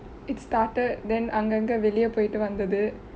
it started then அங்கங்க வெளிய பொய்ட்டு வந்தது:angkangka veliye poitu vanthathu